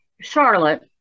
charlotte